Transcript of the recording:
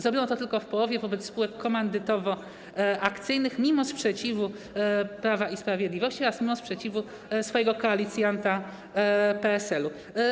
Zrobiono to tylko w połowie wobec spółek komandytowo-akcyjnych mimo sprzeciwu Prawa i Sprawiedliwości oraz mimo sprzeciwu koalicjanta PSL-u.